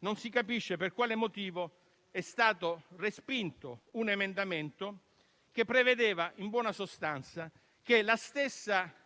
non si capisce per quale motivo è stato respinto un emendamento che prevedeva in buona sostanza che lo stesso